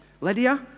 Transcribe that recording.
Lydia